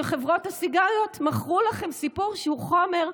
שחברות הסיגריות מכרו לכם סיפור שהוא חומר,